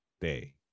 day